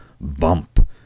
bump